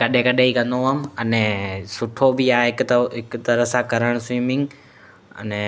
कॾहिं कॾहिं ई कंदो हुउमि अने सुठो बि आहे हिक त हिकु तरह सां करणु स्विमिंग अने